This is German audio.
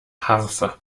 harfe